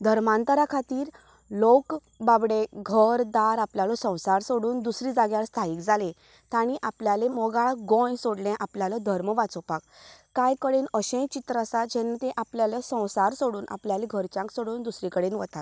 धर्मांतरा खातीर लोक बाबडे घर दार आपल्यालो संवसार सोडून दुसरी जाग्यार स्थाळीक जाले तांणी आपल्याले मोगाळ गोंय सोडले आपल्यालो धर्म वाचोवपाक कांय कडेन अशेंय चित्र आसा जेन्ना ते आपल्यालो संवसार सोडून आपल्याल घरचांक सोडून दुसरे कडेन वतात